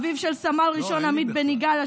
אביו של סמל ראשון עמית בן יגאל,